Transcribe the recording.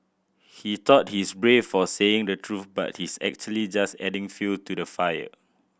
he thought he's brave for saying the truth but he's actually just adding fuel to the fire